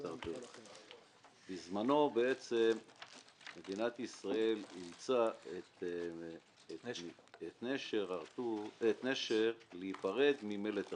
בזמנו בעצם מדינת ישראל אילצה את "נשר" להיפרד מ"מלט הר-טוב".